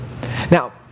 Now